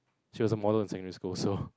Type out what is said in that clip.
she was a model in secondary school so